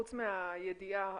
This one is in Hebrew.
חוץ מהידיעה אחורה,